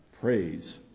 Praise